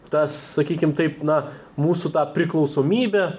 ta sakykim taip na mūsų ta priklausomybė